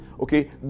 okay